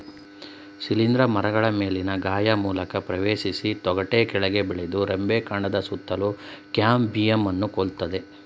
ಶಿಲೀಂಧ್ರ ಮರಗಳ ಮೇಲಿನ ಗಾಯ ಮೂಲಕ ಪ್ರವೇಶಿಸಿ ತೊಗಟೆ ಕೆಳಗೆ ಬೆಳೆದು ರೆಂಬೆ ಕಾಂಡದ ಸುತ್ತಲೂ ಕ್ಯಾಂಬಿಯಂನ್ನು ಕೊಲ್ತದೆ